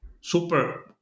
super